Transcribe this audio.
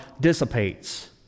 dissipates